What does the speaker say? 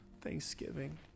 thanksgiving